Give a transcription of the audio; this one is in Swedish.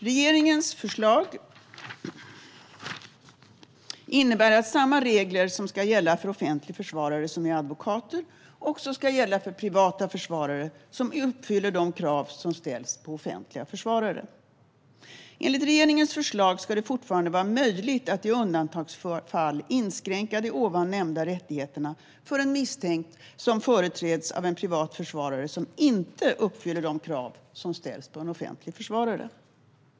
Regeringens förslag innebär att samma regler som ska gälla för offentliga försvarare som är advokater också ska gälla för privata försvarare som uppfyller de krav som ställs på offentliga försvarare. Enligt regeringens förslag ska det fortfarande vara möjligt att i undantagsfall inskränka dessa rättigheter för en misstänkt som företräds av en privat försvarare som inte uppfyller de krav som ställs på en offentlig försvarare.